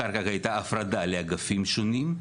אחר כך הייתה הפרדה לאגפים שונים,